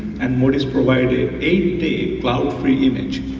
and modis provided eight day cloud free image.